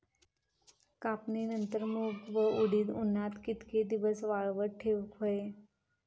कापणीनंतर मूग व उडीद उन्हात कितके दिवस वाळवत ठेवूक व्हये?